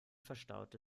verstaute